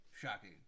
shocking